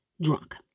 drunk